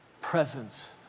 presence